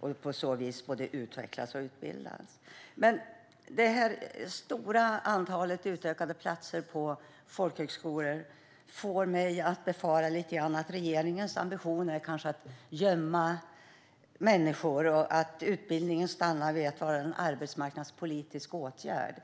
och på så vis både utvecklas och utbildas. Men den stora utökningen av antalet platser på folkhögskolor får mig att befara att regeringens ambition är att gömma människor och att utbildningen stannar vid att vara en arbetsmarknadspolitisk åtgärd.